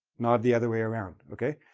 not the other way around, okay?